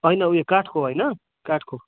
होइन उयो काठको होइन काठको